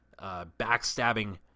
backstabbing